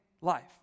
life